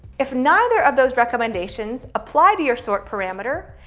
if neither of those recommendations apply to your sort parameter,